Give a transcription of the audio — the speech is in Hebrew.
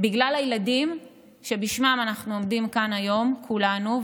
בגלל הילדים שבשמם אנחנו עומדים כאן היום כולנו.